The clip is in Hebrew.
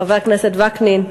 חבר הכנסת וקנין,